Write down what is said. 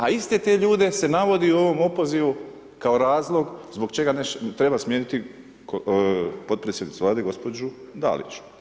A iste te ljude se navodi u ovom opozivu, kao razlog zbog čega treba smanjiti potpredsjednicu Vlade gospođu Dalić.